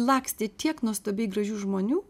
lakstė tiek nuostabiai gražių žmonių